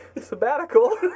sabbatical